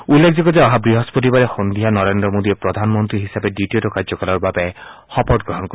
উল্লেখযোগ্য যে অহা বৃহস্পতিবাৰে সন্ধিয়া নৰেন্দ্ৰ মোদীয়ে প্ৰধানমন্ত্ৰী হিচাপে দ্বিতীয়টো কাৰ্যকালৰ বাবে শপতগ্ৰহণ কৰিব